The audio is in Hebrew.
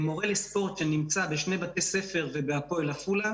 מורה לספורט שנמצא בשני בתי ספר ובהפועל עפולה